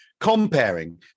comparing